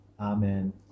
Amen